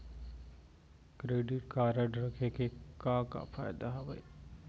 Credit card रखे के का का फायदा हवे?